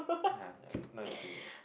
yeah now you see me